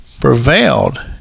prevailed